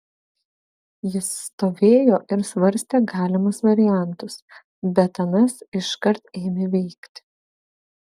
jis stovėjo ir svarstė galimus variantus bet anas iškart ėmė veikti